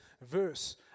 verse